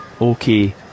Okay